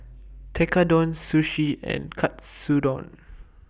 Tekkadon Sushi and Katsudon